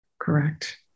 Correct